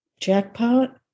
jackpot